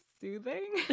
soothing